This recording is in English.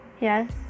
yes